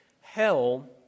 hell